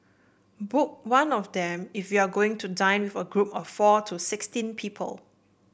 book one of them if you are going to dine with a group of four to sixteen people